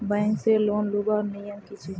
Bank से loan लुबार नियम की छे?